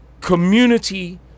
community